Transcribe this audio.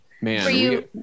man